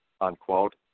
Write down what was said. Unquote